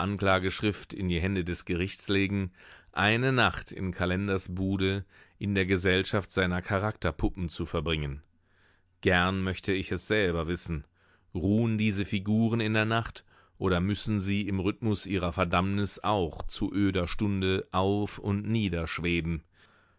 anklageschrift in die hände des gerichts legen eine nacht in kalenders bude in der gesellschaft seiner charakterpuppen zu verbringen gern möchte ich es selber wissen ruhen diese figuren in der nacht oder müssen sie im rhythmus ihrer verdammnis auch zu öder stunde auf und nieder